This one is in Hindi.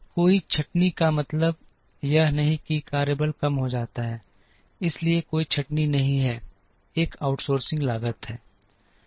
कोई छंटनी का मतलब यह नहीं है कि कार्यबल कम हो जाता है इसलिए कोई छंटनी नहीं है एक आउटसोर्सिंग लागत है